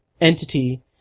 entity